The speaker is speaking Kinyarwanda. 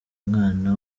mwana